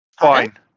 Fine